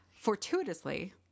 Fortuitously